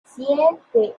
siete